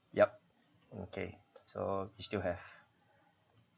yup okay so you still have